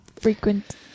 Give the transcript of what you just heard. Frequent